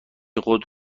خود